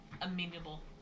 amenable